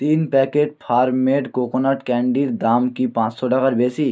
তিন packet farm made coconut ক্যান্ডির দাম কি পাঁচশো টাকার বেশি